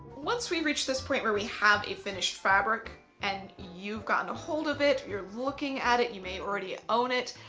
once we reach this point where we have a finished fabric and you've gotten a hold of it, you're looking at it, you may already own it,